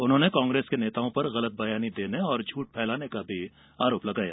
उन्होंने कांग्रेस के नेताओं पर गलत बयान देने और झूठ फैलाने का आरोप लगाया